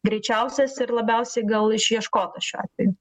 greičiausias ir labiausiai gal išieškotas šiuo atveju